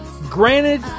Granted